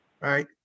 Right